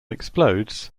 explodes